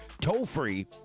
toll-free